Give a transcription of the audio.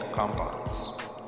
compounds